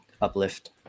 uplift